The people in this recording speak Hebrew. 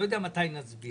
לא יודע מתי נצביע.